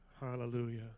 Hallelujah